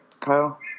Kyle